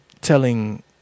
telling